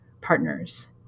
partners